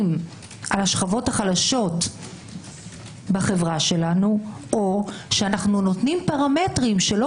על השכבות החלשות בחברה שלנו או שאנחנו נותנים פרמטרים שלא